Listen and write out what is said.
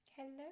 Hello